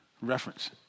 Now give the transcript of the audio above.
reference